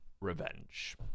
Revenge